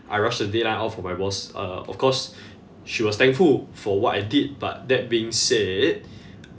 I rushed the deadline off for my boss uh of course she was thankful for what I did but that being said